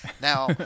Now